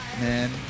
man